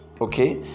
Okay